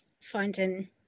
finding